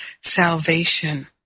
salvation